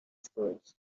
schools